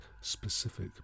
specific